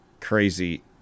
crazy